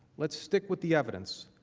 lets stick with the evidence.